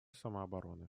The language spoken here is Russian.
самообороны